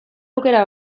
aukera